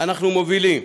אנחנו מובילים,